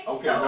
Okay